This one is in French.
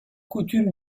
coutume